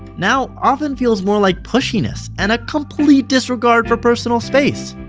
now often feels more like pushiness and a complete disregard for personal space.